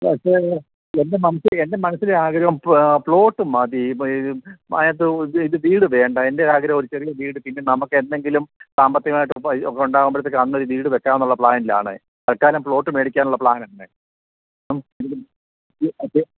പക്ഷേ എൻ്റെ മനസ്സിലെ ആഗ്രഹം പ്ലോട്ട് മതി അതിനകത്ത് ഇത് വീട് വേണ്ട എൻ്റെ ആഗ്രഹ ഒരു ചെറിയ വീട് പിന്നെ നമുക്ക് എന്നെങ്കിലും സാമ്പത്തികമായിട്ട് ഒക്കെ ഉണ്ടാകുമ്പോഴത്തേക്ക് അന്നൊരു വീടു വയ്ക്കാമെന്നുള്ള പ്ലാാനിലാണ് തല്ക്കാലം പ്ലോട്ട് മേടിക്കാനുള്ള പ്ലാൻ തന്നെ